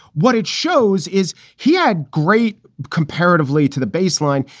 what it shows is he had great comparatively to the baseline.